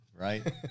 right